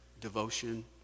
devotion